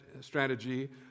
strategy